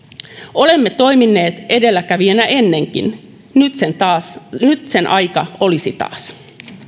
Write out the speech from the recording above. olemme toimineet edelläkävijänä ennenkin nyt sen aika olisi taas